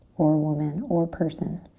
or woman or person.